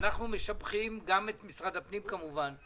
משבחים גם את משרד הפנים כמובן,